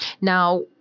Now